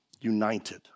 United